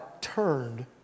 turned